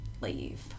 leave